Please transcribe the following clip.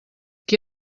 qui